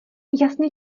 jasně